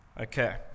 Okay